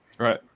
Right